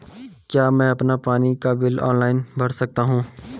क्या मैं अपना पानी का बिल ऑनलाइन भर सकता हूँ?